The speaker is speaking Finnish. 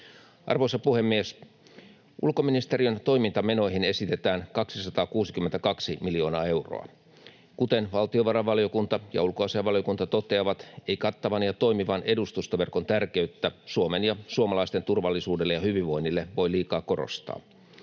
Arvoisa Puhemies! Ulkoministeriön toimintamenoihin esitetään 262 miljoonaa euroa. Kuten valtiovarainvaliokunta ja ulkoasiainvaliokunta toteavat, ei kattavan ja toimivan edustustoverkon tärkeyttä Suomen ja suomalaisten turvallisuudelle ja hyvinvoinnille voi liikaa korostaa.